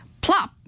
Plop